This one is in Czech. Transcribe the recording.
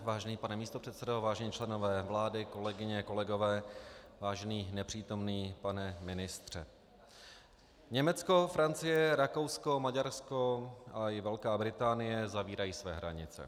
Vážený pane místopředsedo, vážení členové vlády, kolegyně, kolegové, vážený nepřítomný pane ministře, Německo, Francie, Rakousko, Maďarsko a i Velká Británie zavírají své hranice.